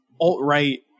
alt-right